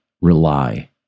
rely